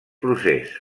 procés